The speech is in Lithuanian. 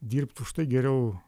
dirbt užtai geriau